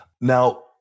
Now